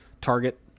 Target